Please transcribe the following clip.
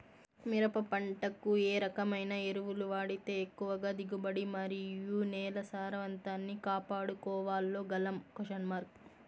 మిరప పంట కు ఏ రకమైన ఎరువులు వాడితే ఎక్కువగా దిగుబడి మరియు నేల సారవంతాన్ని కాపాడుకోవాల్ల గలం?